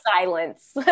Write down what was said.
silence